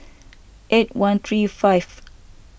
eight one three five